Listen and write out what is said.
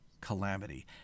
calamity